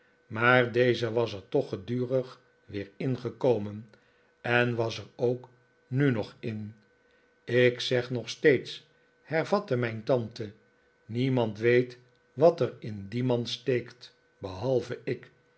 maar deze was er toch gedurig weer in gekomen en was er ook nu nog in ik zeg nog eens hervatte mijn tante niemand weet wat er in dien man steekt behalve ik